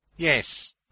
Yes